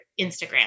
Instagram